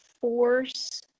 force